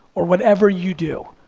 or whatever you do,